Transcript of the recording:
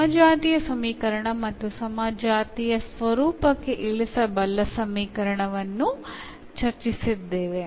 homogeneous സമവാക്യത്തെക്കുറിച്ചും homogeneous രൂപത്തിലേക്ക് മാറ്റാവുന്ന സമവാക്യത്തെക്കുറിച്ചും നമ്മൾ ചർച്ചചെയ്തു